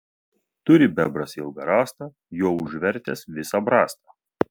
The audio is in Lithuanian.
turi bebras ilgą rąstą juo užvertęs visą brastą